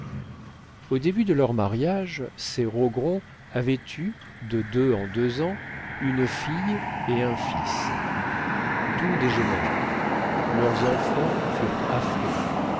au début de leur mariage ces rogron avaient eu de deux en deux ans une fille et un fils tout dégénère leurs enfants furent affreux